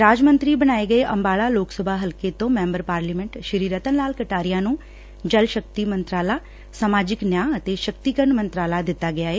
ਰਾਜ ਮੰਤਰੀ ਬਣਾਏ ਗਏ ਅੰਬਾਲਾ ਲੋਕ ਸਭਾ ਹਲਕੇ ਤੋਂ ਮੈਂਬਰ ਪਾਰਲੀਮੈਂਟ ਸ੍ਰੀ ਰਤਨ ਲਾਲ ਕਟਾਰੀਆ ਨੂੰ ਜਲ ਸ਼ਕਤੀ ਮੰਤਰਾਲਾ ਸਾਮਜਿਕ ਨਿਆਂ ਅਤੇ ਸ਼ਕਤੀਕਰਨ ਮੰਤਰਾਲਾ ਦਿੱਤਾ ਗਿਆ ਏ